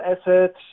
asset